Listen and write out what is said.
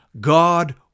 God